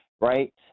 right